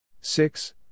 Six